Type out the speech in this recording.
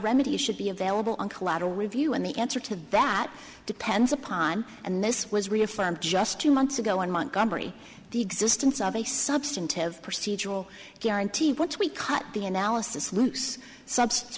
remedies should be available on collateral review and the answer to that depends upon and this was reaffirmed just two months ago in montgomery the existence of a substantive procedural guarantee which we cut the analysis loose substance